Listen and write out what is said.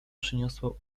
przyniosło